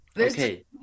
Okay